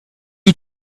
you